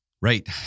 Right